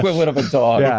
equivalent of a dog. yeah